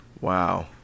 Wow